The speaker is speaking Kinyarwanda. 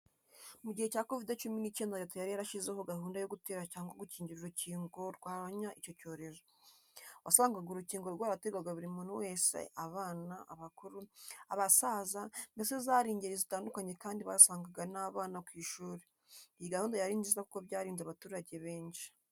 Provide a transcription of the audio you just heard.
Mu gihe cya Covide cumi n'icyenda leta yari yarashyizeho gahunda yo gutera cyangwa gukingira urukingo rurwanya icyo cyorezo, wasangaga urukingo rwaraterwaga buri muntu wese abana, abakuru, abasaza, mbese zari ingeri zitandukanye kandi basangaga n'abana ku ishuri, iyi gahunda yari nziza kuko byarinze abaturage benshi.